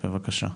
בבקשה.